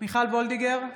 מיכל וולדיגר,